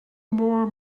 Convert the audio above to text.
more